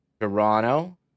Toronto